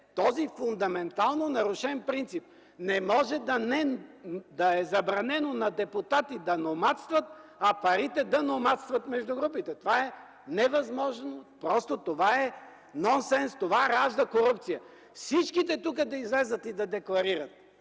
този фундаментално нарушен принцип. Не може да е забранено на депутати да номадстват, а парите да номадстват между групите. Това е невъзможно, просто това е нонсенс, това ражда корупция. Всички депутати тук да излязат и да декларират: